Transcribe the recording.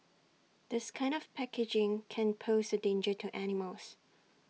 this kind of packaging can pose A danger to animals